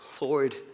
Lord